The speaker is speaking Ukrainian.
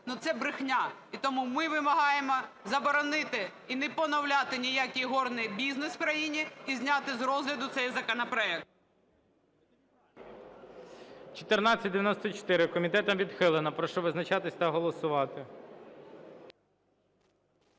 це брехня! І тому ми вимагаємо заборонити і не поновляти ніякий ігорний бізнес в країні, і зняти з розгляду цей законопроект. ГОЛОВУЮЧИЙ. 1494 комітетом відхилена. Прошу визначатися та голосувати.